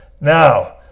Now